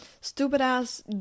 stupid-ass